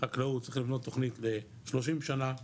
חקלאות צריך לבנות תכנית ל-30 שנה,